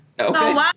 Okay